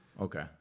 Okay